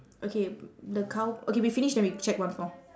okay the cow~ okay we finish then we check once more